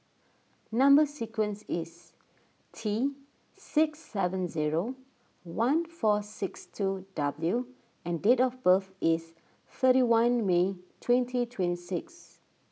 Number Sequence is T six seven zero one four six two W and date of birth is thirty one May twenty twenty six